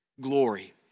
Glory